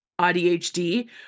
ADHD